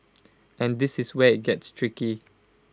and this is where IT gets tricky